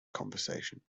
conversation